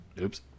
Oops